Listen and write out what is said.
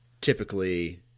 typically